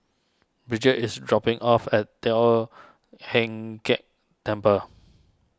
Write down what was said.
Brigitte is dropping off at Teo Heng Keng Temple